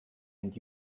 and